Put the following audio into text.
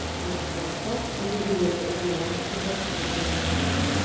exhale, soft, easy movement. you're gonna rock the hips gently left to right.